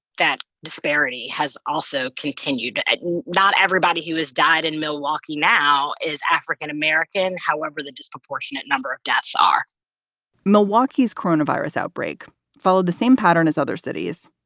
that disparity has also continued. not everybody who has died in milwaukee now is african american. however, the disproportionate number of deaths are milwaukee's coronavirus outbreak followed the same pattern as other cities.